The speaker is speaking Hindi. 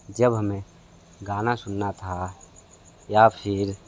जब हमें गाना सुनना था या फ़िर